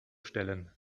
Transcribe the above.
stellen